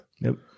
Nope